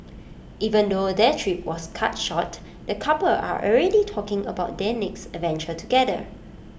even though their trip was cut short the couple are already talking about their next adventure together